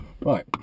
Right